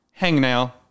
Hangnail